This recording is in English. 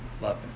Love